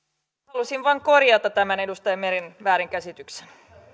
halusin vain korjata tämän edustaja meren väärinkäsityksen